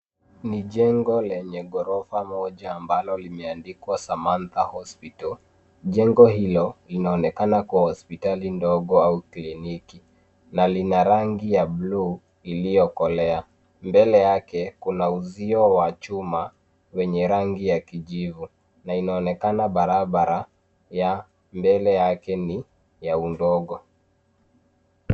Ni jengo lenye ghorofa moja ambalo limeandikwa Samanta hospital. Jengo hilo linaonekana kwa hospitali ndogo au kliniki na lina rangi ya bluu iliyokolea. Mbele yake kuna uzio wa chuma wenye rangi ya kijivu na inaonekana barabara ya mbele yake ni ya udogo.